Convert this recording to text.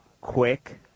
quick